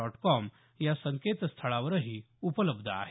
dot com या संकेतस्थळावरही उपलब्ध आहे